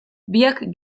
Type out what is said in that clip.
biak